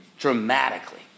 Dramatically